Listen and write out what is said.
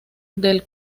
del